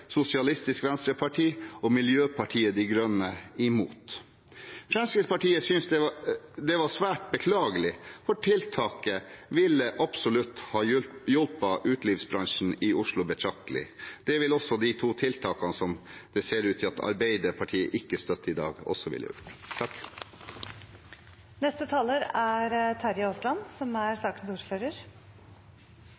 Sosialistisk Venstreparti og Miljøpartiet De Grønne imot. Fremskrittspartiet synes dette er svært beklagelig, for tiltaket ville absolutt ha hjulpet utelivsbransjen i Oslo betraktelig. Det ville også de to tiltakene som det ser ut til at Arbeiderpartiet ikke støtter i dag, ha gjort. Det er ikke først og fremst de vedtakene som er gjort, som er hovedproblemet. Det er det som ikke er